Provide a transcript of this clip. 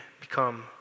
become